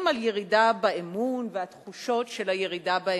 על ירידה באמון והתחושות של הירידה באמון.